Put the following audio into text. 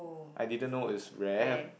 I didn't know it was rare